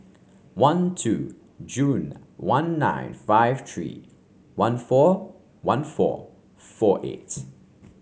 one two June one nine five three one four one four four eight